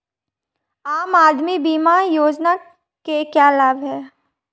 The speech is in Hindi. आम आदमी बीमा योजना के क्या लाभ हैं?